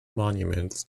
monuments